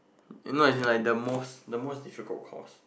you know as in like the most the most difficult course